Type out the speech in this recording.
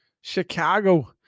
Chicago